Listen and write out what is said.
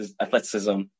athleticism